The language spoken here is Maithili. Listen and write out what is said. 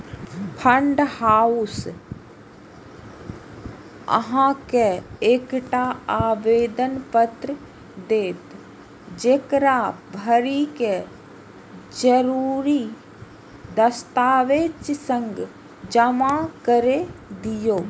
फंड हाउस अहां के एकटा आवेदन पत्र देत, जेकरा भरि कें जरूरी दस्तावेजक संग जमा कैर दियौ